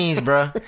bro